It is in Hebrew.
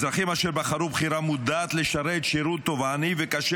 אזרחים אשר בחרו בחירה מודעת לשרת שירות תובעני וקשה